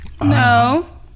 no